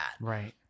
right